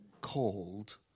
called